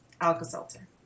Alka-Seltzer